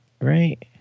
right